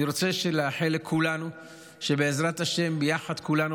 אני רוצה לאחל לכולנו שבעזרת השם ביחד כולנו,